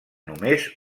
només